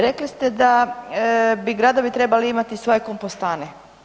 Rekli ste da bi gradovi trebali imati svoje kompostane.